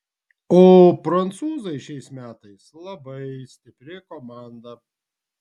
o prancūzai šiais metais labai stipri komanda